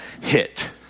hit